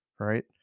Right